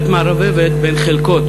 את מערבבת בין חלקות